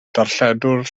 darlledwr